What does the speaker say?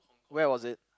where was it